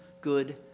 good